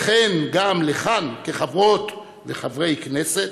וכן, גם לכאן, כחברות וחברי הכנסת,